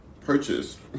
purchase